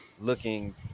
looking